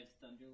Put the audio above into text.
Thunder